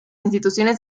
instituciones